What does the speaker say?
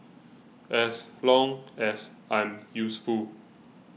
as long as I'm useful